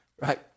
right